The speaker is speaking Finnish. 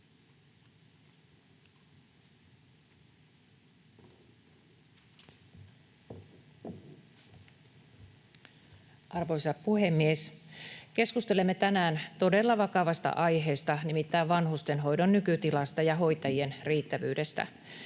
Arvoisa puhemies! Keskustelemme tänään todella vakavasta aiheesta, nimittäin vanhustenhoidon nykytilasta ja hoitajien riittävyydestä.